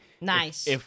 Nice